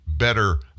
better